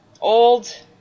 old